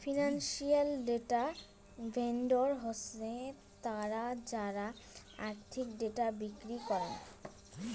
financial data vendor হসে তারা যারা আর্থিক ডেটা বিক্রি করাং